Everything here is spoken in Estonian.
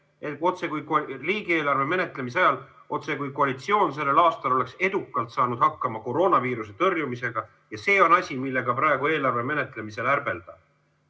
meile riigieelarve menetlemise ajal, otsekui koalitsioon oleks sellel aastal edukalt saanud hakkama koroonaviiruse tõrjumisega. Ja see on asi, millega praegu eelarve menetlemisel ärbelda!